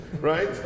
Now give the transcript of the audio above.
Right